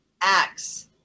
acts